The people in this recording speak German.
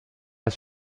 ist